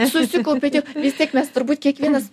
susikaupia tiek vis tiek mes turbūt kiekvienas